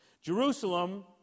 Jerusalem